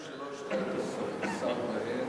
כל הממשלות שהיית שר בהן פעלו,